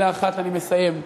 במילה אחת אני מסיים.